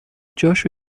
جاشو